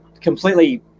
completely